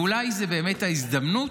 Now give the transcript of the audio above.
ואולי זו באמת הזדמנות